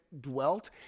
dwelt